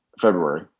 February